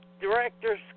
director's